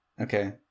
Okay